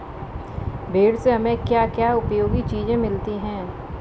भेड़ से हमें क्या क्या उपयोगी चीजें मिलती हैं?